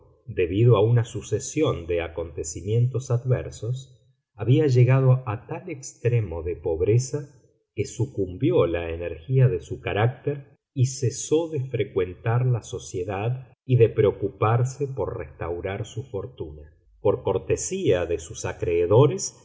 debido a una sucesión de acontecimientos adversos había llegado a tal extremo de pobreza que sucumbió la energía de su carácter y cesó de frecuentar la sociedad y de preocuparse por restaurar su fortuna por cortesía de sus acreedores